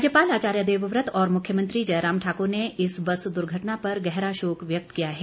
राज्यपाल आचार्य देवव्रत और मुख्यमंत्री जयराम ठाकुर ने इस बस दुर्घटना पर गहरा शोक व्यक्त किया है